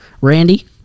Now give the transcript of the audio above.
Randy